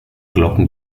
glocken